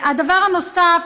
הדבר הנוסף,